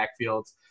backfields